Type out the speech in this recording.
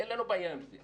אין לנו בעיה עם זה.